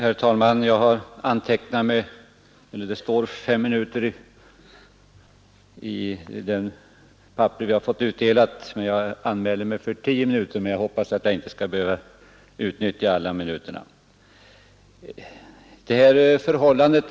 Herr talman! På listan över förhandsanmälda talare står jag anmäld för S minuter, ehuru jag angivit 10 minuter. Jag hoppas emellertid att jag inte skall behöva utnyttja alla dessa 10 minuter.